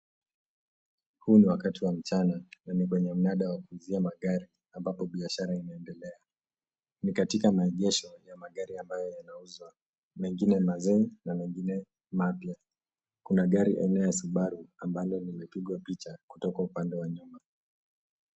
Huu ni wakati wa mchana na ni kwenye mnada wa kuuzia magari ambapo biashara inaendelea. Ni katika maegesho ya magari ambayo yanauzwa. Mengine na mazee na mengine mapya. Kuna gari aina Subaru ambalo limepigwa picha kutoka upande wa nyuma.